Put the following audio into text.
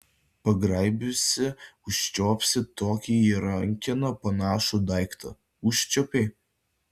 pagraibiusi užčiuopsi tokį į rankeną panašų daiktą užčiuopei